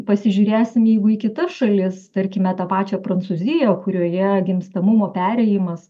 pasižiūrėsim jeigu į kitas šalis tarkime tą pačią prancūziją kurioje gimstamumo perėjimas